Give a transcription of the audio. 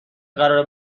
قراره